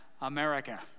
America